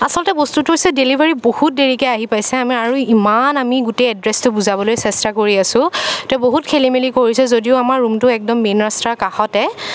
আচলতে বস্তুটো হৈছে ডেলিভাৰী বহুত দেৰিকৈ আহি পাইছে আমাৰ আৰু ইমান আমি গোটেই এড্ৰেছটো বুজাবলৈ চেষ্টা কৰি আছোঁ তেওঁ বহুত খেলিমেলি কৰিছে যদিও আমাৰ ৰুমটো একদম মেইন ৰাস্তাৰ কাষতে